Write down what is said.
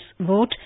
vote